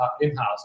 in-house